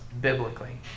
biblically